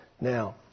Now